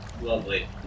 Lovely